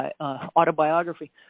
autobiography